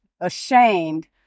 ashamed